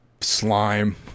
slime